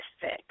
fix